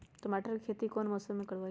टमाटर की खेती कौन मौसम में करवाई?